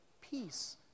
peace